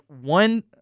one